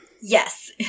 Yes